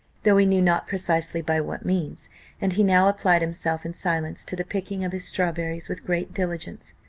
though he knew not precisely by what means and he now applied himself in silence to the picking of his strawberries with great diligence.